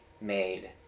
made